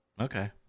Okay